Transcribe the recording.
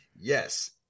Yes